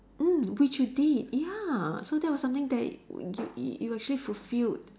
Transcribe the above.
mm which you did ya so that was something that you you actually fulfilled